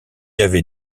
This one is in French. avait